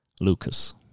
Lucas